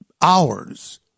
hours